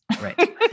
Right